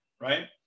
right